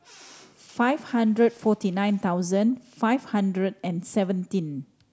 five hundred forty nine thousand five hundred and seventeen